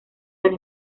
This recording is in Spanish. del